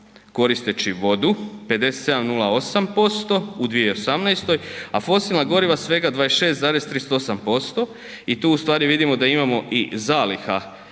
koristeći vodu 57,08% u 2018., a fosilna goriva svega 26,38% i tu ustvari vidimo da imamo i zaliha